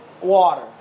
water